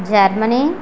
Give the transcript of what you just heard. Germany